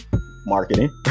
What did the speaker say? marketing